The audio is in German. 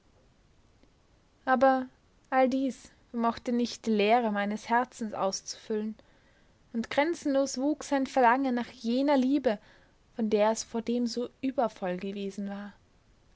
aber all dies vermochte nicht die leere meines herzens auszufüllen und grenzenlos wuchs sein verlangen nach jener liebe von der es vordem so übervoll gewesen war